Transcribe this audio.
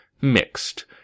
mixed